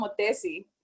motesi